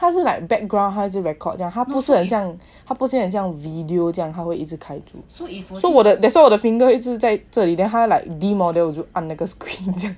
他是 like background 他这样 record 这样他不是 like 这样他不是 like 这样 video 这样他会一直开著 that why thats why 我的 finger 他会一直在这里的 then like dim lor then 我就按那个 skin 这样